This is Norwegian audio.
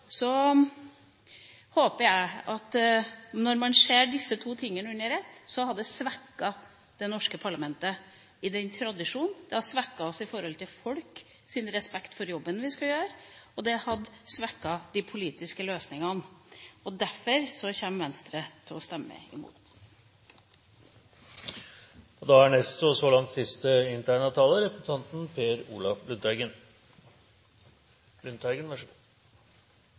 når man ser disse to tingene under ett, svekket det norske parlamentet i den tradisjonen, svekket folks respekt for den jobben vi skal gjøre, og det hadde svekket de politiske løsningene. Derfor kommer Venstre til å stemme imot. Senterpartiet støtter innstillinga som, som flere har vært inne på, er